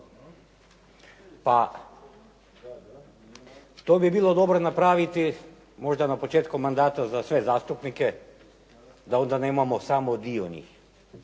Pa to bi bilo dobro napraviti možda na početku mandata za sve zastupnike da onda nemamo samo dio njih,